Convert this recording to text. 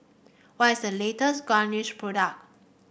what is the latest product